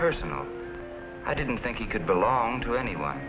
impersonal i didn't think he could belong to anyone